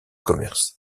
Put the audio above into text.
commerce